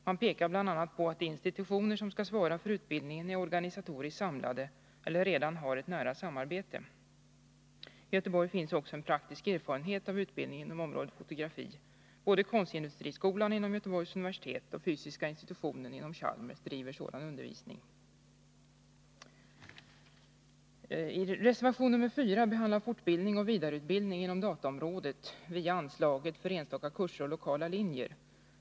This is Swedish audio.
Han pekar bl.a. på att de institutioner som skall svara för utbildningen är organisatoriskt samlade eller redan har ett nära samarbete. I Göteborg finns också en praktisk erfarenhet av utbildning inom området fotografi. Både konstindustriskolan inom Göteborgs universitet och fysiska institutionen inom Chalmers bedriver sådan undervisning. Reservation nr 4 behandlar fortbildning och vidareutbildning inom dataområdet via anslaget för enstaka kurser och lokala linjer.